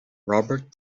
robert